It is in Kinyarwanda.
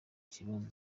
kibazo